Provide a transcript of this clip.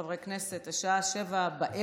חברי כנסת, השעה 19:00